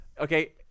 Okay